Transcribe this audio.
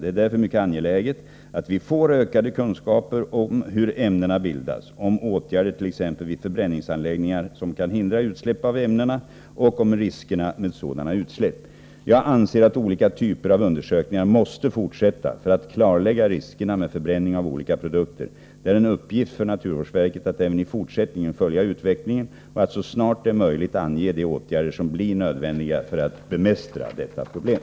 Det är därför mycket angeläget att vi får ökade kunskaper om hur ämnena bildas, om åtgärdert.ex. vid förbränningsanläggningar som kan hindra utsläpp av ämnena och om riskerna med sådana utsläpp. Jag anser att olika typer av undersökningar måste fortsätta för att klarlägga riskerna med förbränning av olika produkter. Det är en uppgift för naturvårdsverket att även i fortsättningen följa utvecklingen och att så snart det är möjligt ange de åtgärder som blir nödvändiga för att bemästra detta problem.